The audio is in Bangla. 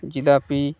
জিলাপি